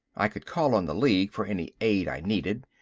i could call on the league for any aid i needed.